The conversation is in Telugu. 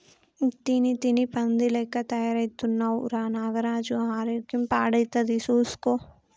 తిని తిని పంది లెక్క తయారైతున్నవ్ రా నాగరాజు ఆరోగ్యం పాడైతది చూస్కో